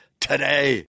today